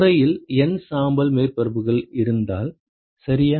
உறையில் N சாம்பல் மேற்பரப்புகள் இருந்தால் சரியா